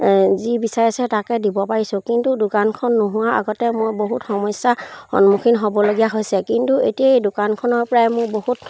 যি বিচাৰিছে তাকে দিব পাৰিছোঁ কিন্তু দোকানখন নোহোৱাৰ আগতে মই বহুত সমস্যাৰ সন্মুখীন হ'বলগীয়া হৈছে কিন্তু এতিয়া এই দোকানখনৰ পৰাই মোৰ বহুত